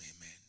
Amen